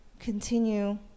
continue